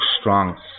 strong